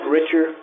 Richer